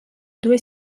due